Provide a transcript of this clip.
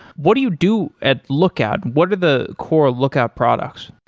what do you do at lookout? what are the core lookout products?